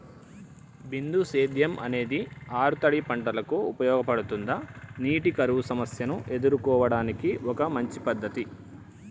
బిందు సేద్యం అనేది ఆరుతడి పంటలకు ఉపయోగపడుతుందా నీటి కరువు సమస్యను ఎదుర్కోవడానికి ఒక మంచి పద్ధతి?